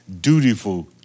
dutiful